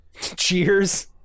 Cheers